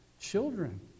children